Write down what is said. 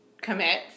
commit